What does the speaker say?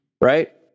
Right